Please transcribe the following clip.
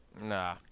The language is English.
Nah